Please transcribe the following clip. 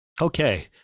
Okay